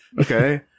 Okay